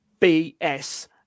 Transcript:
BS